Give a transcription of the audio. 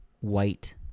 white